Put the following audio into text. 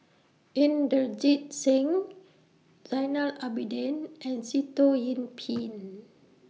Inderjit Singh Zainal Abidin and Sitoh Yih Pin